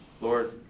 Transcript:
Lord